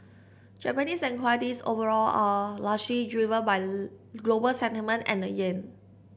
Japanese equities overall are largely driven by global sentiment and the yen